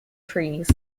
trees